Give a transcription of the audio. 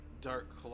dark